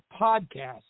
podcast